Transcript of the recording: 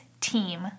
team